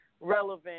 relevant